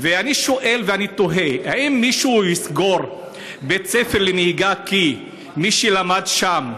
ואני שואל ואני תוהה: האם מישהו יסגור בית ספר לנהיגה כי מי שלמד שם,